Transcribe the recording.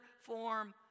form